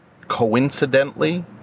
coincidentally